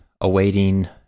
awaiting